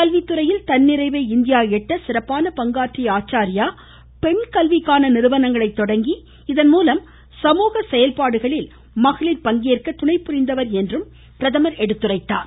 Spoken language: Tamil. கல்வித்துறையில் தன்னிறைவை இந்தியா எட்ட சிறப்பான பங்காற்றிய ஆச்சாரியா பெண் கல்விக்கான நிறுவனங்களை தொடங்கி இதன்மூலம் சமூக செயல்பாடுகளில் மகளிர் பங்கேற்க துணைபுரிந்தவர் என்று பிரதமர் எடுத்துரைத்தார்